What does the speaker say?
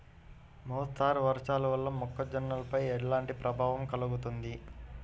మోస్తరు వర్షాలు వల్ల మొక్కజొన్నపై ఎలాంటి ప్రభావం కలుగుతుంది?